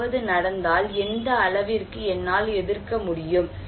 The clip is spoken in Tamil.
ஏதாவது நடந்தால் எந்த அளவிற்கு என்னால் எதிர்க்க முடியும்